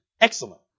excellent